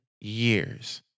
years